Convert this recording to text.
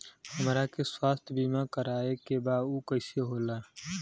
हमरा के स्वास्थ्य बीमा कराए के बा उ कईसे होला?